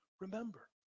remember